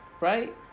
right